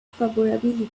favorability